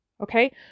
Okay